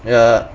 ya